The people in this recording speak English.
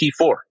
T4